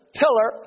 pillar